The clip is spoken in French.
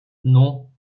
non